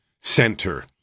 center